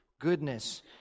goodness